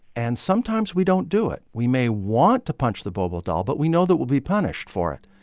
and sometimes, we don't do it. we may want to punch the bobo doll, but we know that we'll be punished for it.